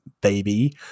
baby